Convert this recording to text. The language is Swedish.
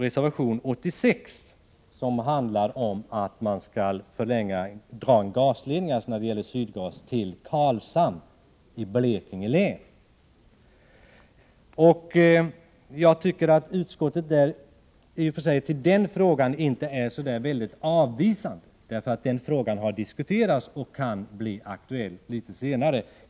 Reservation 86 handlar om att Sydgas skall dra en gasledning till Karlshamn i Blekinge län. Jag tycker att utskottet i och för sig inte är så väldigt avvisande till den frågan. Den har diskuterats och kan bli aktuell litet senare.